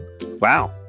Wow